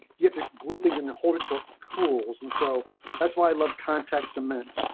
you have to glue things and hold it till cools and so that's why i love contacts and meant.